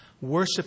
worship